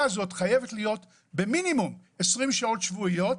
הזאת חייבת להיות במינימום של 20 שנות שבועיות